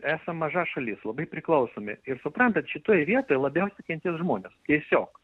esam maža šalis labai priklausomi ir suprantat šitoj vietoj labiausia kentės žmonės tiesiog